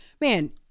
man